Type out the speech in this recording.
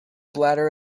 bladder